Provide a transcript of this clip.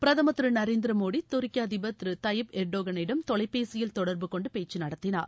பிரதமர் திரு நரேந்திர மோடி துருக்கி அதிபர் திரு தையிப் எர்டோகனிடம் தொலைபேசியில் தொடர்புகொண்டு பேச்சு நடத்தினார்